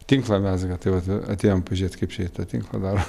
tinklą mezga tai vat atėjom pažiūrėt kaip čia jie tą tinklą daro